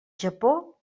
japó